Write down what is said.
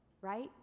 right